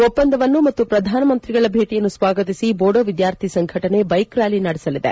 ಒಪ್ಪಂದವನ್ನು ಮತ್ತು ಪ್ರಧಾನಮಂತ್ರಿಗಳ ಭೇಟಿಯನ್ನು ಸ್ನಾಗತಿಸಿ ಬೋಡೋ ವಿದ್ನಾರ್ಥಿ ಸಂಘಟನೆ ಬೈಕ್ ರ್ನಾಲಿ ನಡೆಸಲಿದೆ